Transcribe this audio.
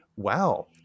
wow